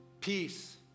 peace